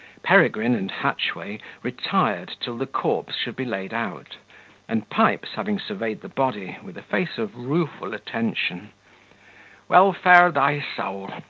peregrine and hatchway retired till the corpse should be laid out and pipes having surveyed the body, with a face of rueful attention well fare thy soul!